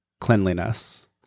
cleanliness